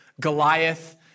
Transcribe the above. Goliath